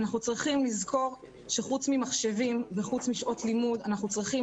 אנחנו צריכים לזכור שחוץ ממחשבים וחוץ משעות לימוד אנחנו צריכים